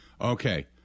Okay